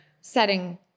setting